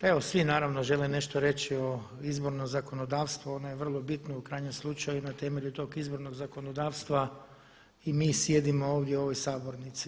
Evo svi naravno žele nešto reći o izbornom zakonodavstvu, ono je vrlo bitno i u krajnjem slučaju na temelju tog izbornog zakonodavstva i mi sjedimo ovdje u ovoj sabornici.